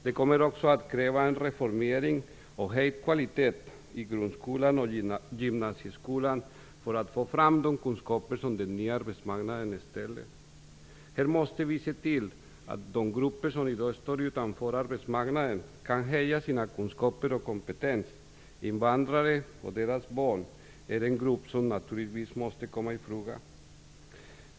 Det kommer också att kräva en reformering och en höjd kvalitet i grundskolan och gymnasieskolan för att få fram de kunskaper som den nya arbetsmarknaden ställer. Här måste vi se till att de grupper som i dag står utanför arbetsmarknaden kan öka sina kunskaper och höja sin kompetens. Invandrare och deras barn är en sådan grupp som måste komma i fråga.